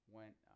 went